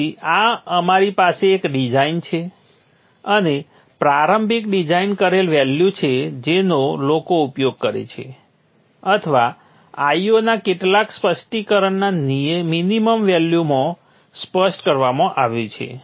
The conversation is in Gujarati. તેથી આ મારી પાસે એક ડિઝાઇન છે અને પ્રારંભિક ડિઝાઇન કરેલ વેલ્યુ છે જેનો લોકો ઉપયોગ કરે છે અથવા Io ના કેટલાક સ્પષ્ટીકરણના મિનિમમ વેલ્યુમાં સ્પષ્ટ કરવામાં આવ્યું છે